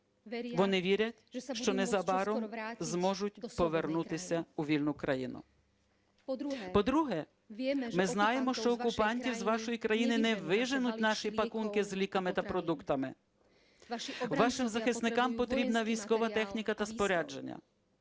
Вони вірять, що незабаром зможуть повернутися у вільну країну. По-друге, ми знаємо, що окупантів з вашої країни не виженуть наші пакунки з ліками та продуктами. Вашим захисникам потрібна військова техніка та спорядження,